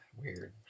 weird